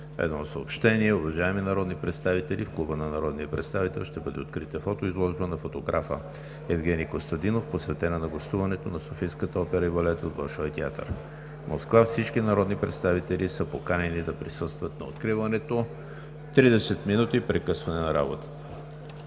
Едно съобщение: Уважаеми народни представители, в Клуба на народния представител ще бъде открита фотоизложба на фотографа Евгени Костадинов, посветена на гостуването на Софийската опера и балет в Болшой театър в Москва. Всички народни представители са поканени да присъстват на откриването. Тридесет минути прекъсване на работата.